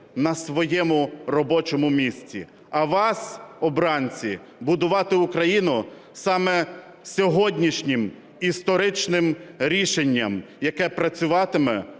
на своєму робочому місці, а вас, обранці, – будувати Україну саме сьогоднішнім історичним рішенням, яке працюватиме